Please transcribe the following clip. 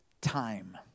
time